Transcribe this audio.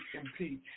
impeach